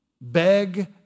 Beg